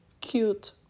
cute